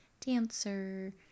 dancer